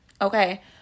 Okay